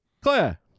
Claire